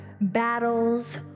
battles